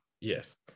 yes